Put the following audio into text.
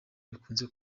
bikunze